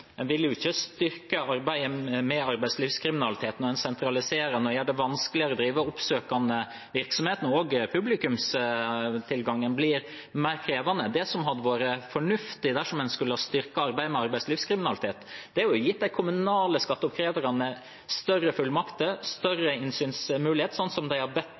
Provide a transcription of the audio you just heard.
En vil jo ikke styrke arbeidet mot arbeidslivskriminalitet når en sentraliserer og gjør det vanskeligere å drive oppsøkende virksomhet, som også gjør at publikumstilgangen blir mer krevende. Det som hadde vært fornuftig dersom en skulle styrket arbeidet mot arbeidslivskriminalitet, var å gi de kommunale skatteoppkreverne videre fullmakter, mer innsynsmulighet – slik de har bedt